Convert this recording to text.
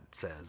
says